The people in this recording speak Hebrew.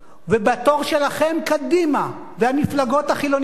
ובתור שלכם, קדימה והמפלגות החילוניות.